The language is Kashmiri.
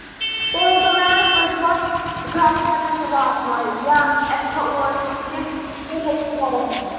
تُہۍ ؤنۍتو مےٚ حظ تُہۍ چھِو حظ گرٕ ہٮ۪کان یہِ واتنٲیِتھ یا اَسہِ چھا اور یُن کِنہٕ تُہۍ ہیٚکِو گرٕ واتنٲیِتھ